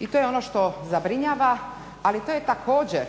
I to je ono što zabrinjava, ali to je također